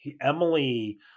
Emily